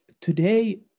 today